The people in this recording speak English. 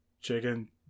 chicken